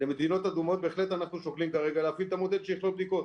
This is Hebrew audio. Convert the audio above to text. למדינות אדומות בהחלט אנחנו שוקלים כרגע להפעיל את המודל של בדיקות.